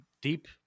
deep